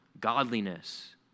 godliness